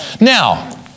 Now